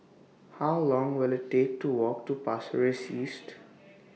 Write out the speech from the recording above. How Long Will IT Take to Walk to Pasir Ris East